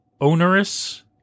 onerous